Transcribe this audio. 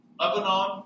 Lebanon